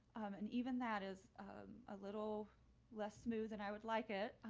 and even that is a little less smooth and i would like it,